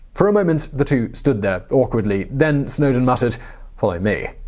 for a moment, the two stood there awkwardly. then snowden muttered follow me,